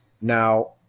Now